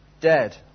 dead